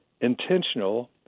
intentional